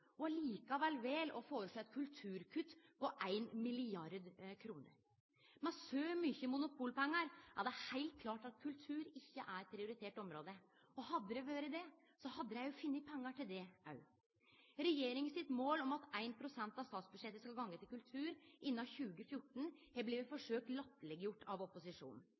og likevel vel å føreslå eit kulturkutt på 1 mrd. kr. Med så mykje monopolpengar er det heilt klart at kultur ikkje er eit prioritert område. Hadde det vore det, hadde dei funne pengar til det òg. Regjeringa sitt mål om at 1 pst. av statsbudsjettet skal gå til kultur innan 2014, har vorte forsøkt latterleggjort av opposisjonen.